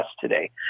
today